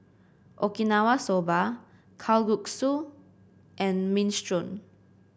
Okinawa Soba Kalguksu and Minestrone